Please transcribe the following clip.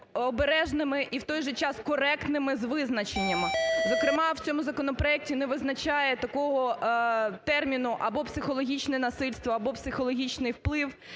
обережними і в той же час коректними з визначеннями. Зокрема, в цьому законопроекті не визначає такого терміну або психологічне насильство, або психологічний вплив